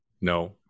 No